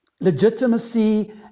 legitimacy